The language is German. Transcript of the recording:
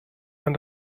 man